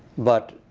but